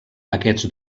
aquests